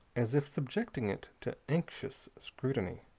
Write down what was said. as if subjecting it to anxious scrutiny.